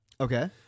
Okay